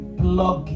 plug